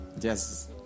yes